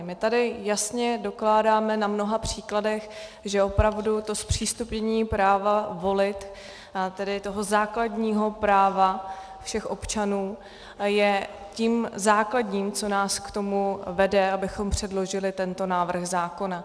My tady jasně dokládáme na mnoha příkladech, že opravdu to zpřístupnění práva volit, tedy toho základního práva všech občanů, je tím základním, co nás vede k tomu, abychom předložili tento návrh zákona.